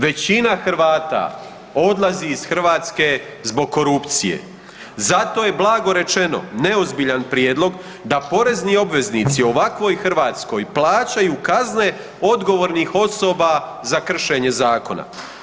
Većina Hrvata odlazi iz Hrvatske zbog korupcije zato je blago rečeno, neozbiljan prijedlog da porezni obveznici ovakvoj Hrvatskoj plaćaju kazne odgovornih osoba za kršenje zakona.